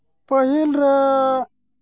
ᱯᱟᱹᱦᱤᱞ ᱨᱮ